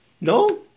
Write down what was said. No